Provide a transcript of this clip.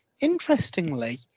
Interestingly